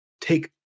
take